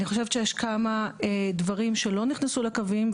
אני חושבת שיש כמה דברים שלא נכנסו לקווים,